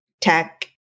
tech